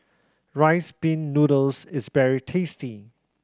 Rice Pin Noodles is very tasty